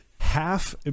half